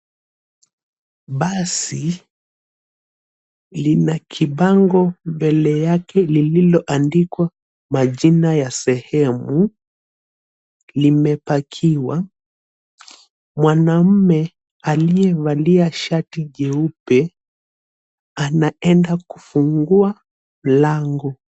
Basi lina kibango mbele yake lililoandikwa majina ya sehemu limepakiwa. Mwanaume aliyevalia shati jeupe anaenda kufungua mlango